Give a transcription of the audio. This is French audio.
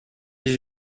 dix